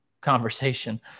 conversation